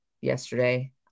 yesterday